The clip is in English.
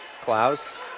Klaus